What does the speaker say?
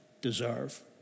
deserve